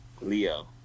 Leo